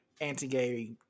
anti-gay